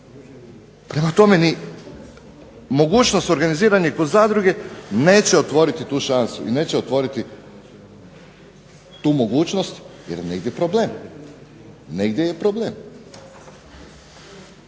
Prema tome, ni mogućnost organiziranja kroz zadruge neće otvoriti tu šansu i neće otvoriti tu mogućnost jer je negdje problem. Negdje je problem.